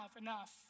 enough